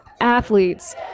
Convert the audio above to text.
athletes